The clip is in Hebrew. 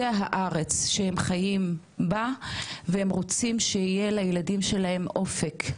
זה הארץ שהם חיים בה והם רוצים שיהיה לילדים שלהם אופק,